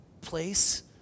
place